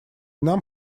нам